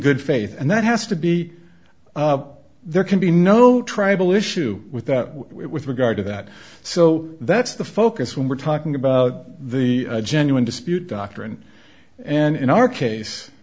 good faith and that has to be there can be no tribal issue with regard to that so that's the focus when we're talking about the genuine dispute doctrine and in our case